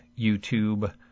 YouTube